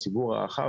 הציבור הרחב,